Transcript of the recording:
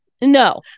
No